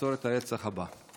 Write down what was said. לעצור את הרצח הבא?